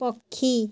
ପକ୍ଷୀ